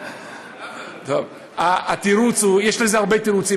יש לזה הרבה תירוצים,